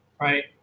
Right